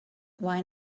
why